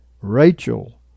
Rachel